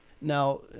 Now